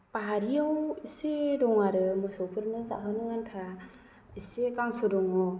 बारियाव एसे दं आरो मोसौफोरनो जाहोनो आन्था एसे गांसो दङ